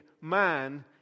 man